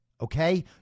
Okay